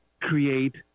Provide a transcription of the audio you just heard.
create